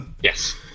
Yes